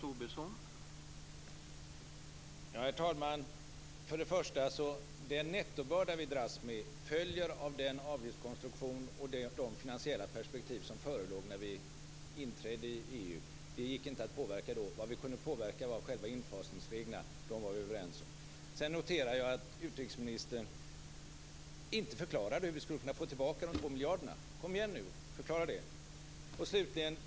Herr talman! Först och främst: Den nettobörda som vi dras med följer av den avgiftskonstruktion och de finansiella perspektiv som förelåg när vi inträdde i EU. Det gick inte att påverka då. Vad vi kunde påverka var själva infasningsreglerna, och de var vi överens om. Sedan noterar jag att utrikesministern inte förklarade hur vi skulle kunna få tillbaka de 2 miljarderna. Kom igen nu och förklara det!